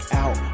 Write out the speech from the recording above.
out